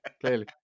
Clearly